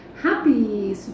happy